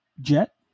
Jet